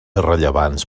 rellevants